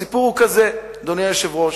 הסיפור הוא כזה, אדוני היושב-ראש: